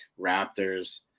Raptors –